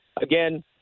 again